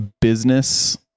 business